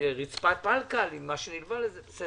אנחנו